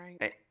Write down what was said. right